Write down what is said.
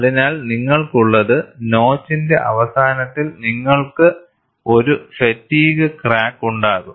അതിനാൽ നിങ്ങൾക്കുള്ളത് നോച്ചിന്റെ അവസാനത്തിൽ നിങ്ങൾക്ക് ഒരു ഫാറ്റിഗ്ഗ് ക്രാക്ക് ഉണ്ടാകും